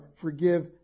forgive